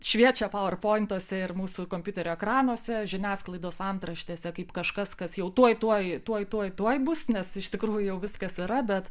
šviečia paverpointuose ir mūsų kompiuterio ekranuose žiniasklaidos antraštėse kaip kažkas kas jau tuoj tuoj tuoj tuoj tuoj bus nes iš tikrųjų jau viskas yra bet